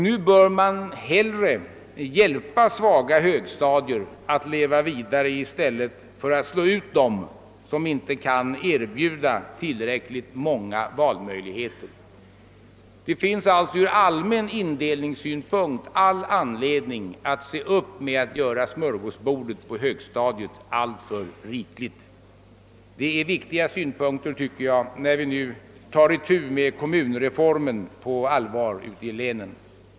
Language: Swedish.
Nu bör man hellre hjälpa svaga högstadier att leva vidare i stället för att slå ut dem som inte kan erbjuda tillräckligt många valmöjligheter. Det finns alltså från allmän indelningssynpunkt all anledning att se upp med att göra smörgåsbordet på högstadiet alltför rikligt. Jag tycker att detta är viktiga synpunkter när vi nu på allvar tar itu med kommunreformen ute i länen.